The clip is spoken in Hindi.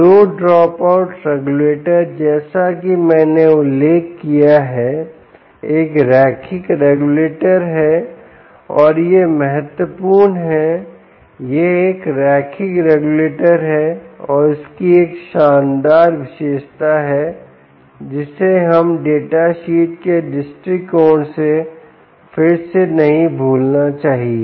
लो ड्रॉपआउट रेगुलेटर जैसा कि मैंने उल्लेख किया है एक रैखिक रेगुलेटर है और यह महत्वपूर्ण है यह एक रैखिक रेगुलेटर है और इसकी एक शानदार विशेषता है जिसे हमें डेटा शीट के दृष्टिकोण से फिर से नहीं भूलना चाहिए